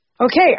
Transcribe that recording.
okay